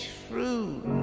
fruit